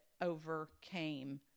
overcame